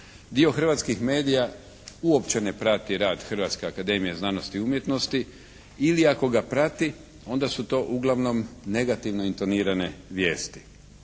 dio hrvatskih medija uopće ne prati rad Hrvatske akademije znanosti i umjetnosti ili ako ga prati onda su to uglavnom negativno intonirane vijesti.